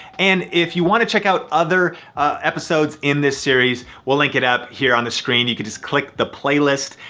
and if you wanna check out other episodes in this series, we'll link it up here on the screen. you can just click the playlist.